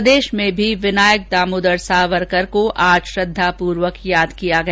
प्रदेश में भी विनायक दामोदर सावरकर को आज श्रद्वापूर्वक याद किया गया